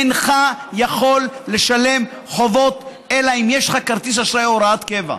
אינך יכול לשלם חובות אלא אם כן יש לך כרטיס אשראי או הוראת קבע,